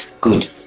Good